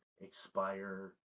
expire